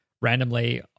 randomly